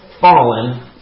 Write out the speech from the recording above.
fallen